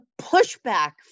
pushback